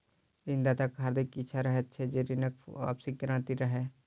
ऋण दाताक हार्दिक इच्छा रहैत छै जे ऋणक वापसीक गारंटी रहय